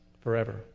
forever